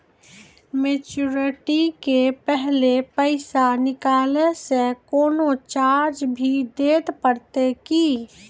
Maturity के पहले पैसा निकालै से कोनो चार्ज भी देत परतै की?